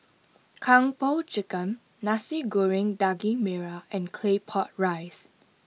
Kung Po Chicken Nasi Goreng Daging Merah and Claypot Rice